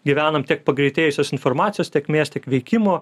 gyvenam tiek pagreitėjusios informacijos tėkmės tiek veikimo